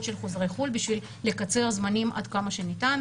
של חוזרים מחו"ל בשביל לקצר זמנים עד כמה שניתן.